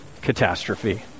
catastrophe